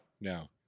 no